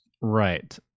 Right